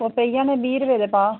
कंडुरियां न बीह् रपेऽ भाऽ